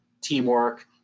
teamwork